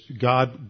God